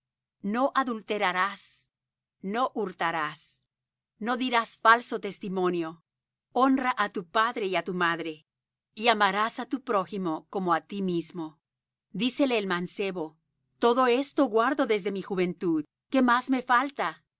no adulterarás no hurtarás no dirás falso testimonio honra á tu padre y á tu madre y amarás á tu prójimo como á ti mismo dícele el mancebo todo esto guardé desde mi juventud qué más me falta